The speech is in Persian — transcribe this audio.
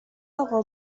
اقا